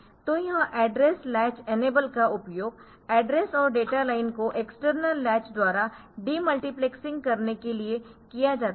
तो यह address latch enable का उपयोग एड्रेस और डेटा लाइन को एक्सटर्नल लैच द्वारा डीमल्टीप्लेसिंग करने के लिए किया जाता है